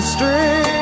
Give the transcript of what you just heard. Street